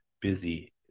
busy